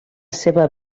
seva